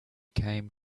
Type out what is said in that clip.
came